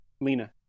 Lena